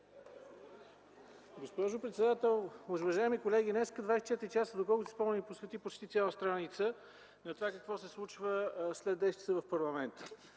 Госпожо председател, уважаеми колеги, днес „24 часа”, доколкото си спомням, ни посвети почти цяла страница за това какво се случва след 10 часа в парламента.